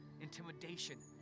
intimidation